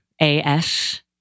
A-S